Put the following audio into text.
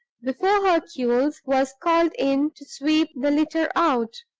before hercules was called in to sweep the litter out?